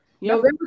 November